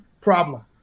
Problem